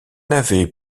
n’avez